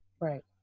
Right